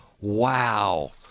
Wow